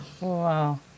Wow